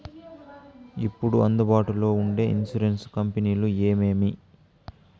ఇప్పుడు అందుబాటులో ఉండే ఇన్సూరెన్సు కంపెనీలు ఏమేమి?